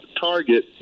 target